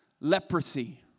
leprosy